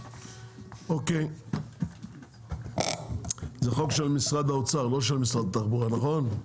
זה חוק של משרד האוצר לא של משרד התחבורה, נכון?